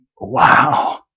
wow